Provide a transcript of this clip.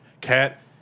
cat